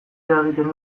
eragiten